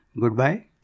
goodbye